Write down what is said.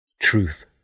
truth